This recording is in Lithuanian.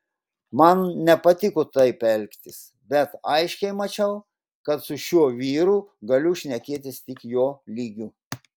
man nepatiko taip elgtis bet aiškiai mačiau kad su šiuo vyru galiu šnekėtis tik jo lygiu